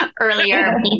earlier